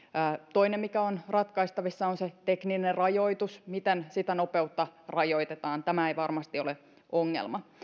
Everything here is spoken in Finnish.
toinen mikä on ratkaistavissa on se tekninen rajoitus miten sitä nopeutta rajoitetaan tämä ei varmasti ole ongelma